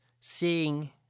seeing